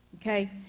okay